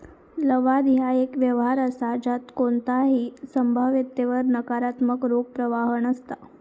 लवाद ह्या एक व्यवहार असा ज्यात कोणताही संभाव्यतेवर नकारात्मक रोख प्रवाह नसता